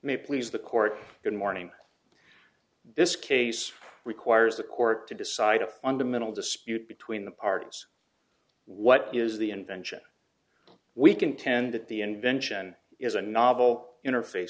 may please the court good morning this case requires the court to decide a fundamental dispute between the parties what is the invention we contend that the invention is a novel interface